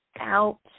out